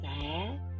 sad